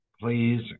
please